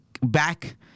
back